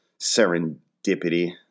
serendipity